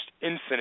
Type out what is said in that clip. infinite